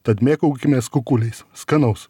tad mėgaukimės kukuliais skanaus